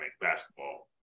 basketball